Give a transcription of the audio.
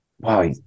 wow